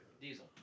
Diesel